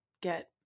get